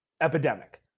Epidemic